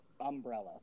Umbrella